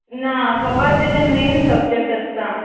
ना फकत तेजें मेन सब्जॅक्ट आसता